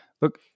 Look